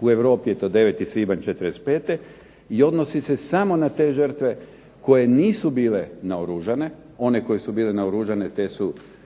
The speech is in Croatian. U Europi je to 9. svibanj '45. i odnosi se samo na te žrtve koje nisu bile naoružane, one koje su bile naoružane te su